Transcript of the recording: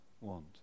want